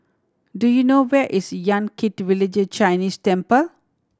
do you know where is Yan Kit Village Chinese Temple